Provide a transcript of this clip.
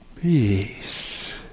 peace